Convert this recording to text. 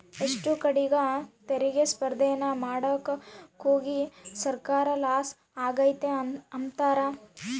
ಎಷ್ಟೋ ಕಡೀಗ್ ತೆರಿಗೆ ಸ್ಪರ್ದೇನ ಮಾಡಾಕೋಗಿ ಸರ್ಕಾರ ಲಾಸ ಆಗೆತೆ ಅಂಬ್ತಾರ